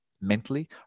mentally